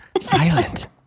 silent